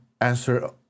answer